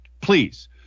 please